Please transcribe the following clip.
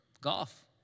golf